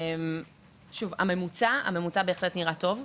הממוצע בהחלט נראה טוב.